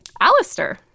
Alistair